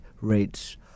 rates